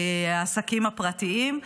העסקים הפרטיים,